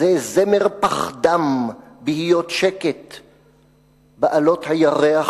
זה זמר-פחדם בהיות שקט,/ בעלות הירח